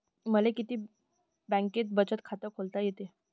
मले किती बँकेत बचत खात खोलता येते?